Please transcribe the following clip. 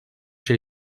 şey